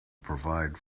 provide